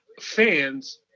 fans